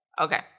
Okay